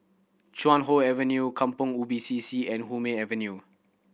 Chuan Hoe Avenue Kampong Ubi C C and Hume Avenue